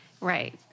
Right